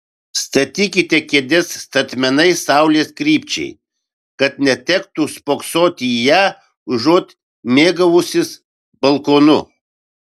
statykite kėdes statmenai saulės krypčiai kad netektų spoksoti į ją užuot mėgavusis balkonu